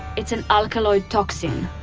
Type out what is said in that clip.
it's an alkaloid toxin.